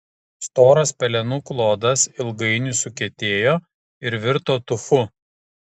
storas pelenų klodas ilgainiui sukietėjo ir virto tufu